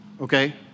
Okay